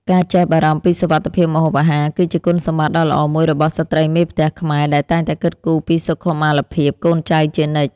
ការចេះបារម្ភពីសុវត្ថិភាពម្ហូបអាហារ គឺជាគុណសម្បត្តិដ៏ល្អមួយរបស់ស្ត្រីមេផ្ទះខ្មែរដែលតែងតែគិតគូរពីសុខុមាលភាពកូនចៅជានិច្ច។